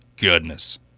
Goodness